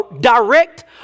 direct